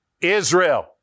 Israel